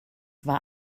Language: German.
war